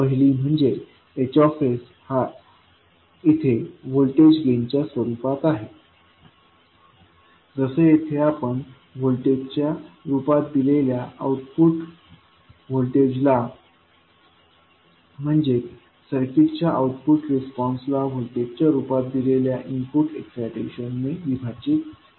पहिली म्हणजे H हा इथे व्होल्टेज गेनच्या स्वरूपात आहे जसे येथे आपण व्होल्टेजच्या रूपात दिलेल्या आउटपुट व्होल्टेजला म्हणजेच सर्किटच्या आउटपुट रिस्पॉन्सला व्होल्टेजच्या रूपात दिलेल्या इनपुट एक्सिटेशनने विभाजित करतो